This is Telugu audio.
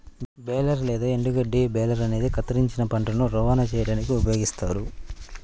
బేలర్ లేదా ఎండుగడ్డి బేలర్ అనేది కత్తిరించిన పంటను రవాణా చేయడానికి ఉపయోగిస్తారు